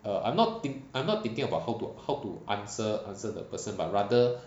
err I'm not I'm not thinking about how to how to answer answer the person but rather